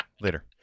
Later